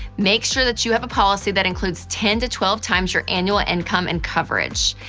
make sure that you have a policy that includes ten to twelve times your annual income and coverage.